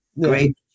great